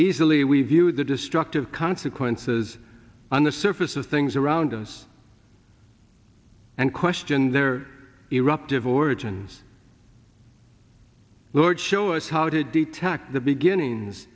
easily we view the destructive consequences on the surface of things around us and question their eruptive origins lord show us how to detect the beginnings